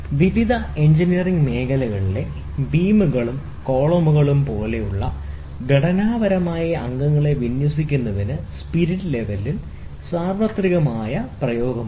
വിവിധ എഞ്ചിനീയറിംഗ് മേഖലകളിലെ ബീമുകളും കോളമുകളും പോലുള്ള ഘടനാപരമായ അംഗങ്ങളെ വിന്യസിക്കുന്നതിന് സ്പിരിറ്റ് ലെവലിൽ സാർവത്രിക പ്രയോഗമുണ്ട്